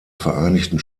vereinigten